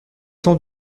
sens